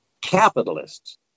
capitalists